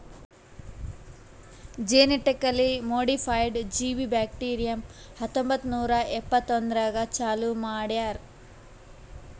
genetically modified ಜೀವಿ bacterium ಹತ್ತೊಂಬತ್ತು ನೂರಾ ಎಪ್ಪತ್ಮೂರನಾಗ್ ಚಾಲೂ ಮಾಡ್ಯಾರ್